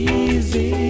easy